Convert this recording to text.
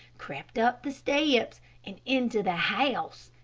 crept up the steps and into the house,